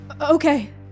Okay